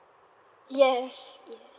yes yes